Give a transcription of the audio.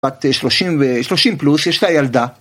בת 30 פלוס, יש לה את הילדה